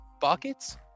buckets